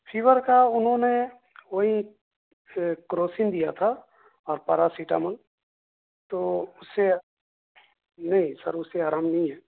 fever کا انھوں نے وہی کروسین دیا تھا اور پاراسیٹامول تو اس سے نہیں سر اس سے آرام نہیں ہے